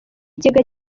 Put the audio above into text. ikigega